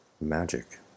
magic